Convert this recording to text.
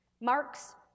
Mark's